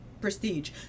prestige